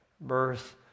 birth